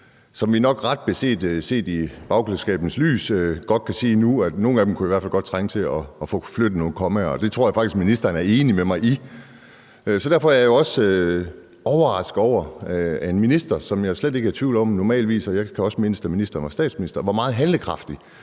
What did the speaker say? om hvilke vi i bagklogskabens lys ret beset godt kan sige nu, at nogle af dem i hvert fald godt kunne trænge til at få flyttet nogle kommaer, og det tror jeg faktisk ministeren er enig med mig i. Derfor er jeg også overrasket over, at en minister, som jeg slet ikke er i tvivl om normalt – og jeg kan også mindes, da ministeren var statsminister – er meget handlekraftig,